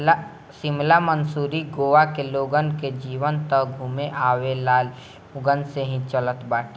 शिमला, मसूरी, गोवा के लोगन कअ जीवन तअ घूमे आवेवाला लोगन से ही चलत बाटे